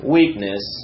weakness